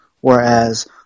whereas